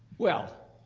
well,